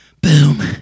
boom